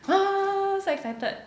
!wah! so excited